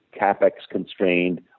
CapEx-constrained